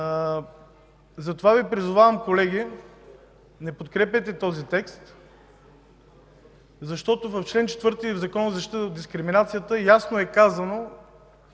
Затова Ви призовавам, колеги, не подкрепяйте този текст, защото в чл. 4 на Закона за защита от дискриминация ясно е казано